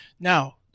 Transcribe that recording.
Now